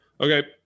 okay